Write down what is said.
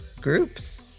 groups